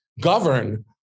govern